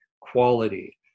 quality